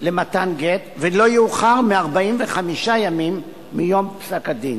למתן גט ולא יאוחר מ-45 ימים מיום פסק-הדין.